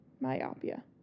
myopia